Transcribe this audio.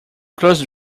clothes